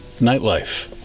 Nightlife